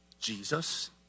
Jesus